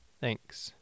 Thanks